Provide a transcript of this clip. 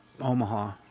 Omaha